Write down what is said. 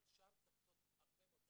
אבל שם צריך לעשות הרבה מאוד.